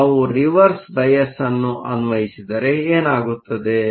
ಹಾಗಾದರೆ ನಾವು reverse bias bias ಅನ್ನು ಅನ್ವಯಿಸಿದರೆ ಏನಾಗುತ್ತದೆ